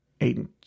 Aiden